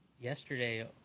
yesterday